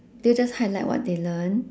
they will just highlight what they learn